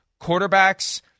Quarterbacks